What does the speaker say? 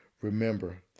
remember